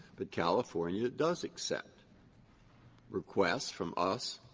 but california does accept requests from us,